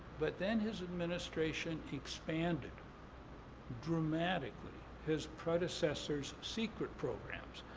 but then his administration expanded dramatically his predecessors' secret programs,